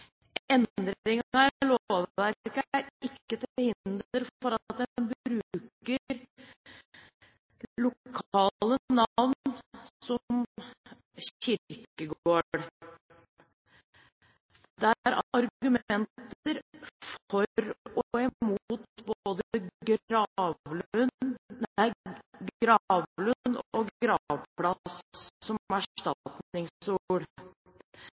ikke til hinder for at en lokalt bruker navn som «kirkegård». Det er argumenter for og imot både «gravlund» og